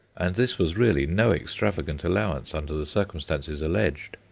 and this was really no extravagant allowance under the circumstances alleged.